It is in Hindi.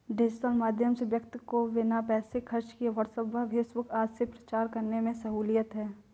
डिजिटल माध्यम से व्यक्ति को बिना पैसे खर्च किए व्हाट्सएप व फेसबुक आदि से प्रचार करने में सहूलियत है